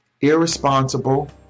irresponsible